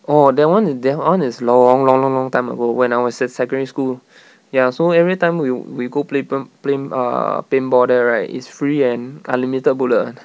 oh that one i~ that one is long long long long time ago when I was in secondary school ya so every time we we go play pai~ play err paintball there right is free and unlimited bullet [one]